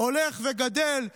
הולך וגדל,